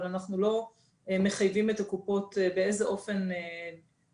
אבל אנחנו לא מחייבים את קופות החולים באיזה אופן לתת